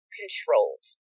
controlled